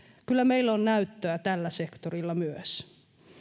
kyllä meillä on näyttöä tällä sektorilla myös